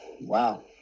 wow